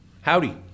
howdy